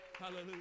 Hallelujah